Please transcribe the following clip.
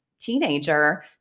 teenager